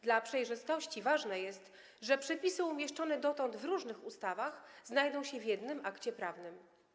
Dla przejrzystości ważne jest, że przepisy umieszczone dotąd w różnych ustawach znajdą się w jednym akcie prawnym.